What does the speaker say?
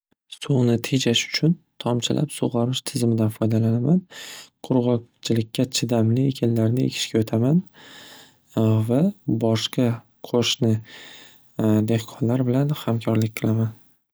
Suvni tejash uchun tomchilab sug'orish tizimidan foydalanaman. Qurg'oqchilikka chidamli ekinlarni ekishga o'taman va boshqa qo'shni dehqonlar bilan hamkorlik qilaman.